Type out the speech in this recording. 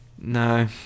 No